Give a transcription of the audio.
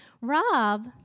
Rob